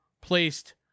placed